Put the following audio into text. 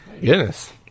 Yes